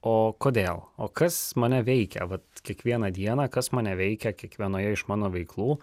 o kodėl o kas mane veikia vat kiekvieną dieną kas mane veikia kiekvienoje iš mano veiklų